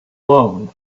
loan